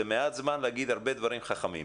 זה מעט זמן להגיד הרבה דברים חכמים.